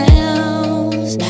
else